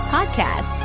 Podcast